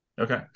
Okay